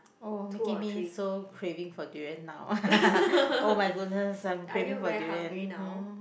oh making me so craving for durian now [oh]-my-goodness I'm craving for durian